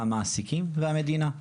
המעסיקים והמדינה.